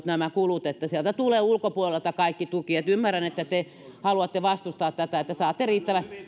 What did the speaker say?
nämä kulut niin että sieltä tulee ulkopuolelta kaikki tuki että ymmärrän että te haluatte vastustaa tätä saatte riittävästi